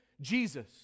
Jesus